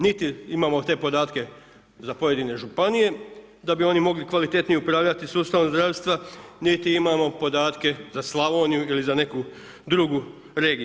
Niti imamo te podatke za pojedine županije da bi oni mogli kvalitetnije upravljati sustavom zdravstva niti imamo podatke za Slavoniju ili za neku drugu regiju.